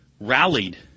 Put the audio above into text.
rallied